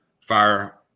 fire